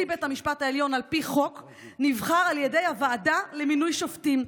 נשיא בית המשפט העליון נבחר על ידי הוועדה למינוי שופטים,